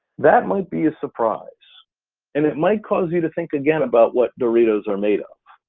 that might be a surprise and it might cause you to think again about what doritos are made of,